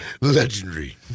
Legendary